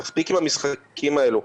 מספיק עם המשחקים האלו.